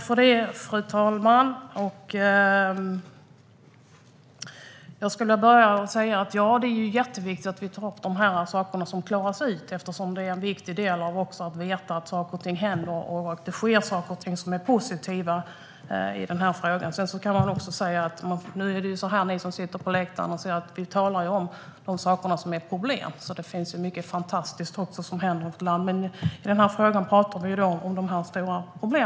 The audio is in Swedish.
Fru talman! Jag vill börja med att säga att det är jätteviktigt att vi tar upp och klarar ut de här sakerna. Det är viktigt att veta att saker och ting händer samtidigt som det sker saker och ting som är positiva. Ni som sitter på läktaren hör att det som vi talar om är de stora problemen. Det händer också mycket som är fantastiskt.